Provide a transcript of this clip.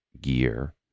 gear